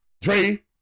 Dre